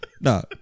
No